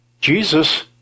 Jesus